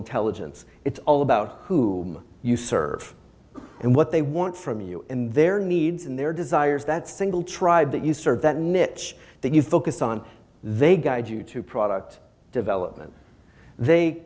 intelligence it's all about who you serve and what they want from you in their needs and their desires that single tribe that you serve that niche that you focus on they guide you to product development they